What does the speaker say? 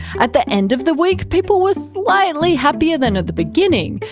at the end of the week people were slightly happier than at the beginning,